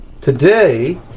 Today